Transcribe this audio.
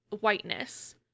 whiteness